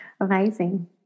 Amazing